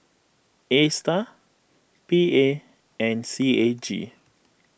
A Star P A and C A G